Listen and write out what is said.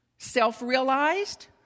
Self-realized